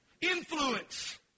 Influence